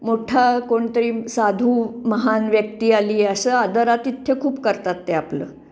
मोठा कोणतरी साधू महान व्यक्ती आली असं आदरातिथ्य खूप करतात ते आपलं